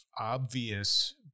obvious